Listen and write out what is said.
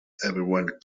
everyone